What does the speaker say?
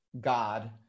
God